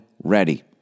ready